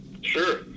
sure